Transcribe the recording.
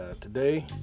today